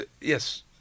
yes